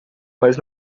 mas